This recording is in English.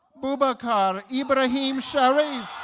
boubacar ibrahim cherif